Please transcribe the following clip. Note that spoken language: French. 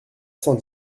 cent